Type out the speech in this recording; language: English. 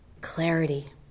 clarity